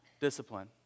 discipline